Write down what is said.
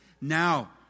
Now